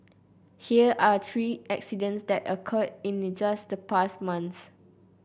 here are three accidents that occurred in just the past month